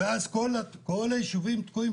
ואז כל הישובים תקועים,